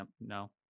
No